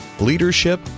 leadership